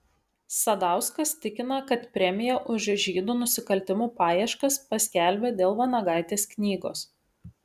sadauskas tikina kad premiją už žydų nusikaltimų paieškas paskelbė dėl vanagaitės knygos